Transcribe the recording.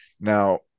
Now